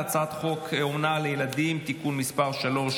הצעת חוק אומנה לילדים (תיקון מס' 3),